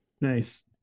Nice